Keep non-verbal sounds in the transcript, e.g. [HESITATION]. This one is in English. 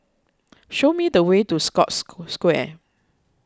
show me the way to Scotts [HESITATION] Square